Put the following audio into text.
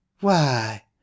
Why